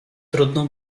trudno